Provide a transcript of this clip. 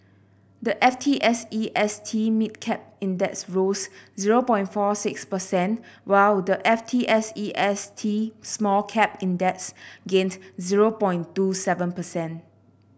the F T S E S T Mid Cap Index rose zero point four six percent while the F T S E S T Small Cap Index gained zero point two seven percent